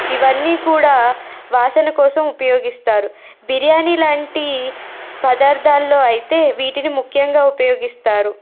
ఇవన్నీ కూడా వాసన కోసం ఉపయోగిస్తారు బిర్యానీ లాంటి పదార్థాల్లో అయితే వీటిని ముఖ్యంగా ఉపయోగిస్తారు